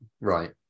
Right